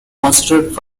considered